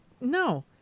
No